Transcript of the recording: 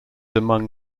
among